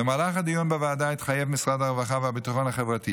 במהלך הדיון בוועדה התחייב משרד הרווחה והביטחון החברתי